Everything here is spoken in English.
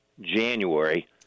January